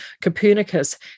Copernicus